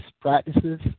practices